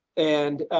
and,